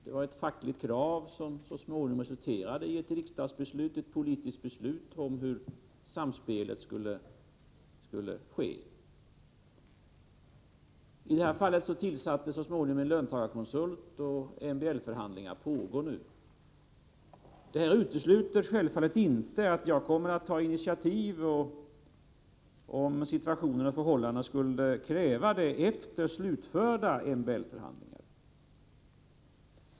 Det var ett fackligt krav som så småningom resulterade i ett politiskt beslut i Om AB Gullfibers riksdagen om hur samspelet skulle gå till. Verksamnheti Sör I det här fallet tillsattes så småningom en löntagarkonsult, och MBL förhandlingar pågår nu. Det utesluter självfallet inte att jag tar initiativ, om situationen och förhållandena skulle kräva det, efter slutförda MBL förhandlingar.